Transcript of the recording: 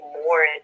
more